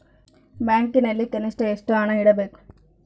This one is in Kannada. ಬ್ಯಾಂಕಿನಲ್ಲಿ ಕನಿಷ್ಟ ಎಷ್ಟು ಹಣ ಇಡಬೇಕು?